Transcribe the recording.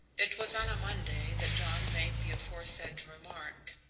it was on a monday that john made the aforesaid remark.